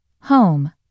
Home